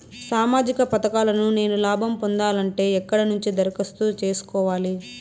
సామాజిక పథకాలను నేను లాభం పొందాలంటే ఎక్కడ నుంచి దరఖాస్తు సేసుకోవాలి?